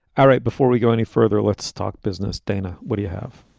all right, before we go any further, let's talk business. dana, what do you have?